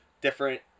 Different